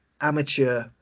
amateur